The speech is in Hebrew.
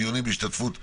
דיונים בהשתתפות עצורים,